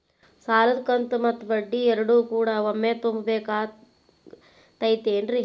ಸಾಲದ ಕಂತು ಮತ್ತ ಬಡ್ಡಿ ಎರಡು ಕೂಡ ಒಮ್ಮೆ ತುಂಬ ಬೇಕಾಗ್ ತೈತೇನ್ರಿ?